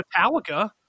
Metallica